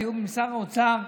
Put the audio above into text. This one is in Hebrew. בתיאום עם שר האוצר,